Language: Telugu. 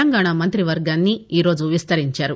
తెలంగాణ మంతివర్గాన్ని ఈరోజు విస్తరించారు